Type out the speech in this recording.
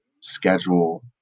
schedule